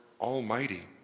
Almighty